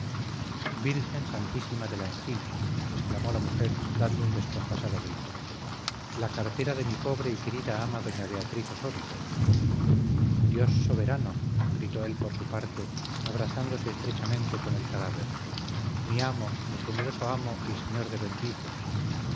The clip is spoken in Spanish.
virgen santísima de la encina exclamó la mujer dando un descompasado grito la cartera de mi pobre y querida ama doña beatriz ossorio dios soberano gritó él por su parte abrazándose estrechamente con el cadáver mi amo mi generoso amo el señor de